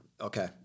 Okay